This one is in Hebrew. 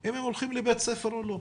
אם הם הולכים לבית הספר או לא.